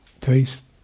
taste